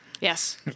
Yes